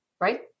right